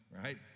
right